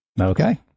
okay